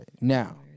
now